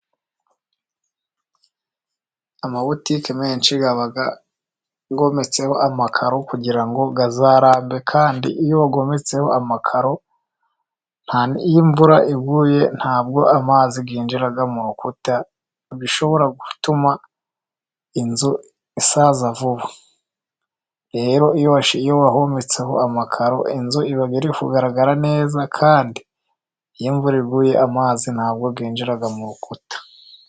Amabutike menshi aba yometseho amakaro, kugira ngo azarambe. Kandi iyo yometseho amakaro, iyo imvura iguye nta bwo amazi yinjira mu rukuta, bishobora gutuma inzu isaza vuba. Rero iyo wayometseho amakaro, inzu iba iri kugaragara neza, kandi iyo imvura iguye amazi nta bwo yinjira mu rukuta.